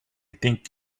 think